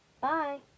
Bye